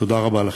תודה רבה לכם.